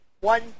one